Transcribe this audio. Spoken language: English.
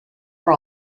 for